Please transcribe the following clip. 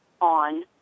on